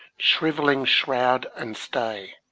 shrivelling shroud and stay,